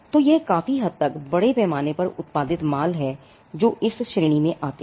तो यह काफी हद तक बड़े पैमाने पर उत्पादित माल है जो इस श्रेणी में आते हैं